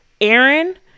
Aaron